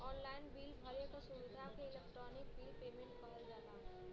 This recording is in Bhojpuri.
ऑनलाइन बिल भरे क सुविधा के इलेक्ट्रानिक बिल पेमेन्ट कहल जाला